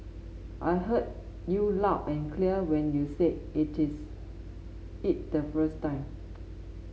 I heard you loud and clear when you said it is it the first time